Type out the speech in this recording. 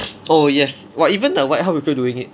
oh yes !wah! even the white house also doing it